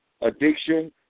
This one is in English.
addiction